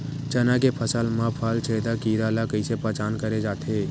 चना के फसल म फल छेदक कीरा ल कइसे पहचान करे जाथे?